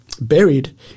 buried